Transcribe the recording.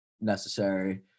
necessary